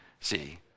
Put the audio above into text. See